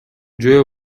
жөө